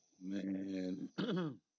Man